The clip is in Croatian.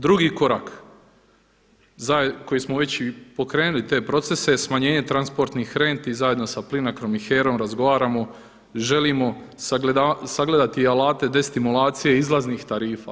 Drugi korak koji smo već i pokrenuli te procese smanjenje transportnih rentni zajedno sa Plinacrom i HERA-om razgovaramo, želimo sagledati i alate destimulacije izlaznih tarifa.